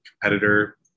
competitor